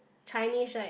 Chinese right